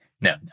no